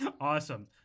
Awesome